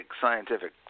scientific